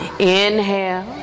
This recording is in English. inhale